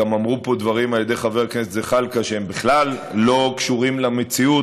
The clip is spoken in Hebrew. גם נאמרו פה דברים על ידי חבר הכנסת זחאלקה שהם בכלל לא קשורים למציאות.